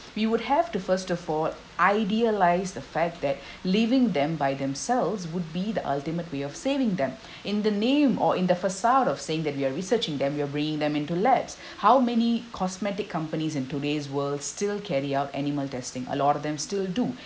we would have to first afore idealised the fact that leaving them by themselves would be the ultimate way of saving them in the name or in the facade of saying that we are researching them you are bringing them into labs how many cosmetic companies in todays world still carry out animal testing a lot of them still do